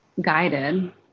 guided